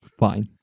Fine